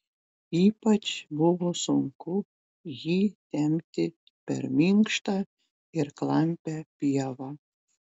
ypač buvo sunku jį tempti per minkštą ir klampią pievą